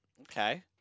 Okay